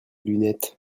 lunettes